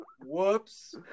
Whoops